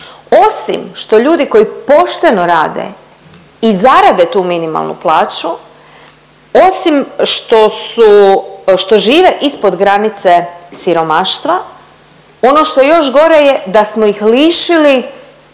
Osim što ljudi koji pošteno rade i zarade tu minimalnu plaću, osim što su što žive ispod granice siromaštva ono što još gore je da smo ih lišili